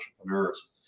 entrepreneurs